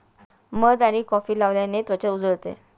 मध आणि कॉफी लावल्याने त्वचा उजळते